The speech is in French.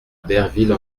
berville